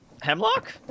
Hemlock